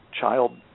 child